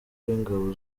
w’ingabo